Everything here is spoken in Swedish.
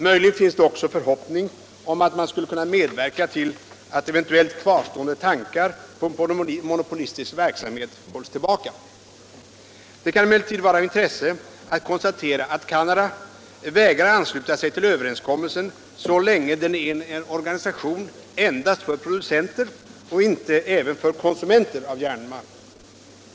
Möjligen finns det också förhoppningar om att man skulle kunna medverka till att eventuellt kvarstående tankar på en monopolistisk verksamhet hålls tillbaka. Det kan emellertid vara av intresse att konstatera att Canada vägrar att ansluta sig till överenskommelsen så länge den är en organisation endast för producenter och inte även för konsumenter av järnmalm.